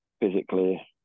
physically